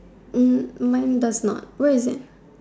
Hm mine does not where is it